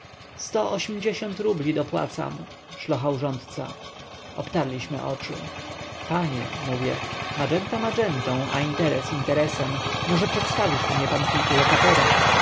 sto ośmdziesiąt rubli dopłacam szlochał rządca obtarliśmy oczy panie mówię magenta magentą a interes interesem może przedstawisz mnie pan kilku lokatorom